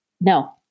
no